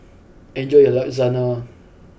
enjoy your Lasagna